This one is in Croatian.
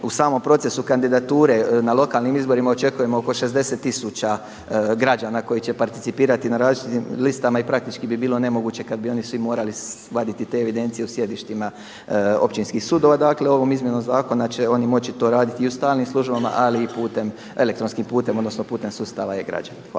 u samom procesu kandidature na lokalnim izborima očekujemo oko 60 tisuća građana koji će participirati na različitim listama i praktički bi bilo nemoguće kada bi svi oni morali vaditi te evidencije u sjedištima općinskih sudova. Dakle, ovom izmjenom zakona će oni moći to raditi i u stalnim službama, ali i elektronskim putem, odnosno putem sustava e-građani.